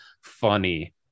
funny